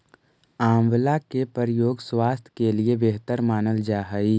आंवला के प्रयोग स्वास्थ्य के लिए बेहतर मानल जा हइ